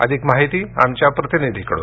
अधिक माहिती आमच्या प्रतिनिधीकडून